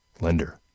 lender